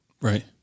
Right